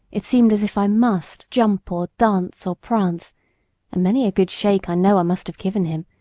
it seemed as if i must jump, or dance, or prance, and many a good shake i know i must have given him,